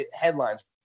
headlines